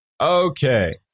Okay